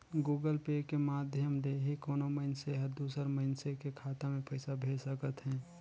Google Pay के माधियम ले ही कोनो मइनसे हर दूसर मइनसे के खाता में पइसा भेज सकत हें